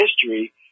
history